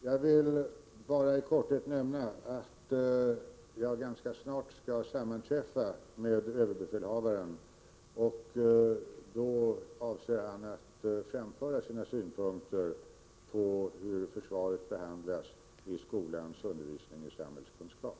Herr talman! Jag vill bara i korthet nämna att jag ganska snart skall sammanträffa med överbefälhavaren. Han avser då att framföra sina synpunkter på hur försvaret behandlas i skolans undervisning i samhällskunskap.